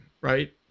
Right